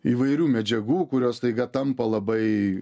įvairių medžiagų kurios staiga tampa labai